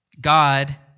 God